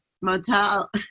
motel